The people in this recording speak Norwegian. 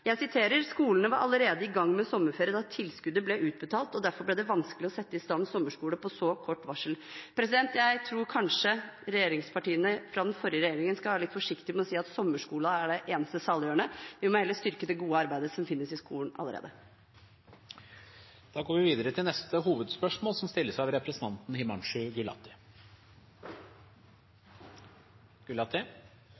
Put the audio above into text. Jeg siterer: «Skolene var allerede i gang med sommerferie da tilskuddet ble utbetalt, og derfor ble det vanskelig å sette i stand sommerskole på så kort varsel.» Jeg tror kanskje partiene fra den forrige regjeringen skal være litt forsiktige med å si at sommerskole er det eneste saliggjørende. Vi må heller styrke det gode arbeidet som finnes i skolen allerede. Da går vi videre til neste hovedspørsmål.